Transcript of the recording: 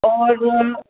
और